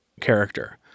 character